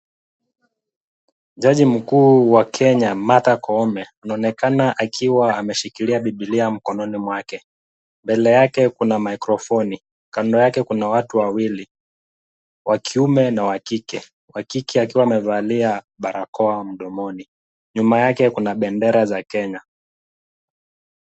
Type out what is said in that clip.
Jaji mkuu wa Kenya, Martha Koome, anaonekana akiwa ameshikilia bibilia mkononi mwake. Mbele yake kuna maikrofoni, kando yake kuna watu wawili, wa kiume na wa kike. Wa kike akiwa amevalia barakoa mdomoni, nyuma yake kuna bendera za Kenya.